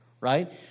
right